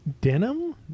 Denim